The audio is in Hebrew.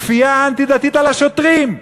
כפייה אנטי-דתית על השוטרים.